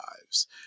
lives